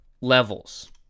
levels